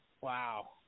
Wow